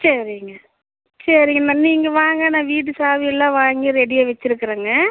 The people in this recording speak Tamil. சரிங்க சரிங்க நான் நீங்கள் வாங்க நான் வீட்டு சாவி எல்லாம் வாங்கி ரெடியாக வச்சுருக்குறேங்க